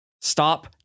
Stop